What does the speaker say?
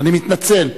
אני מתנצל.